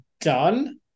done